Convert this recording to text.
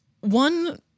one